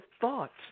thoughts